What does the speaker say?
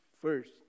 first